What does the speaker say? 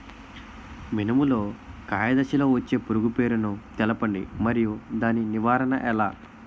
మినుము లో కాయ దశలో వచ్చే పురుగు పేరును తెలపండి? మరియు దాని నివారణ ఎలా?